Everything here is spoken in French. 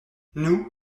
nous